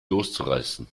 loszureißen